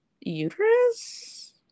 uterus